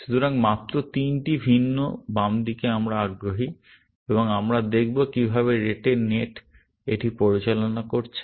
সুতরাং মাত্র তিনটি ভিন্ন বাম দিকে আমরা আগ্রহী এবং আমরা দেখব কিভাবে রেটে নেট এটি পরিচালনা করেছে